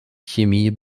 chemie